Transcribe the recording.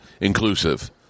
inclusive